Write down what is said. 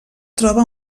troba